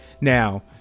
Now